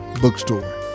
Bookstore